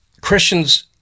christians